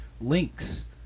links